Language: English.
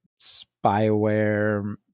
spyware